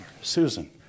Susan